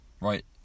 Right